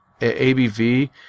ABV